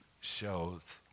shows